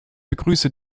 begrüße